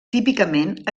típicament